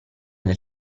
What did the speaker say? del